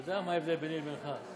אתה יודע מה ההבדל ביני לבינך?